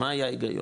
מה היה ההיגיון?